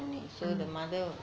mm